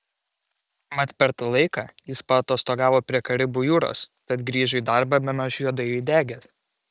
mat per tą laiką jis paatostogavo prie karibų jūros tad grįžo į darbą bemaž juodai įdegęs